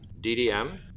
DDM